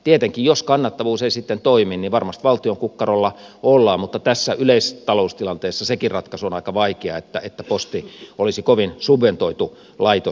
tietenkin jos kannattavuus ei sitten toimi varmasti valtion kukkarolla ollaan mutta tässä yleistaloustilanteessa sekin ratkaisu on aika vaikea että posti olisi kovin subventoitu laitos